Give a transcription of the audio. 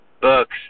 books